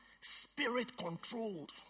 spirit-controlled